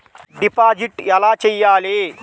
Deposit ఎలా చెయ్యాలి?